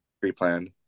pre-planned